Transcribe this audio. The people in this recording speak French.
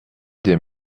des